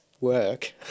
work